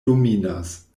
dominas